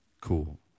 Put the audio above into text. Cool